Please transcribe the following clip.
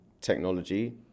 technology